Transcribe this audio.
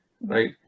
right